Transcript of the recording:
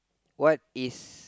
what is